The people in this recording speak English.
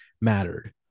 mattered